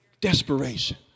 Desperation